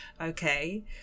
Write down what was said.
okay